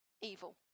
evil